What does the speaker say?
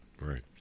Right